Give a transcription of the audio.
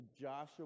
Joshua